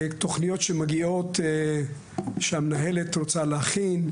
והיא מתייעצת על תוכניות שהיא רוצה להכין,